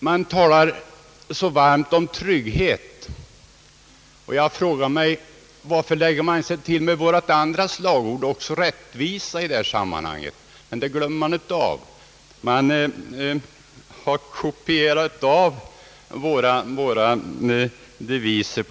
Han talar så varmt om trygghet, och jag frågar mig, varför man inte lägger sig till med också det andra slagordet, rättvisa. Men det glömmer man av. Man har kopierat våra deviser.